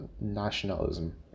nationalism